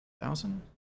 Thousand